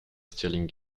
stirling